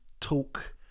talk